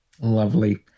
Lovely